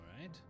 right